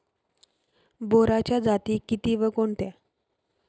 बोराच्या जाती किती व कोणत्या?